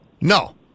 No